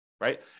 right